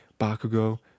Bakugo